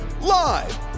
live